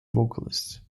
vocalist